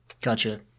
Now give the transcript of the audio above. Gotcha